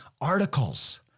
articles